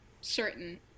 certain